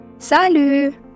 Salut